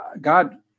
God